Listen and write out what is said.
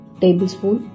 tablespoon